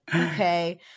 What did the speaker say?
Okay